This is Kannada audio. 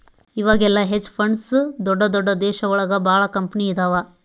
ಇವಾಗೆಲ್ಲ ಹೆಜ್ ಫಂಡ್ಸ್ ದೊಡ್ದ ದೊಡ್ದ ದೇಶ ಒಳಗ ಭಾಳ ಕಂಪನಿ ಇದಾವ